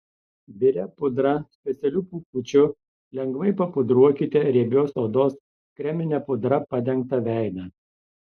biria pudra specialiu pūkučiu lengvai papudruokite riebios odos kremine pudra padengtą veidą